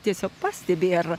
tiesiog pastebi ar